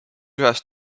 ühest